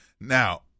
now